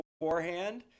beforehand